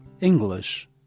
English